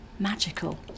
magical